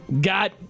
got